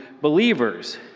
believers